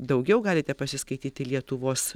daugiau galite pasiskaityti lietuvos